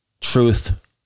truth